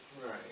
Right